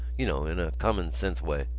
you know, in a common-sense way.